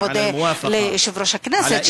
אני מודה ליושב-ראש הכנסת,